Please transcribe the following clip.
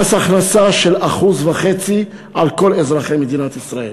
מס הכנסה של 1.5% על כל אזרחי מדינת ישראל,